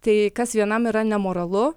tai kas vienam yra nemoralu